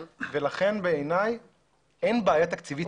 יותר, ולכן בעיניי אין בעיה תקציבית.